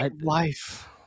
Life